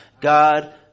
God